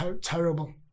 terrible